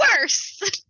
worse